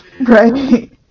right